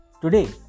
Today